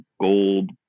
gold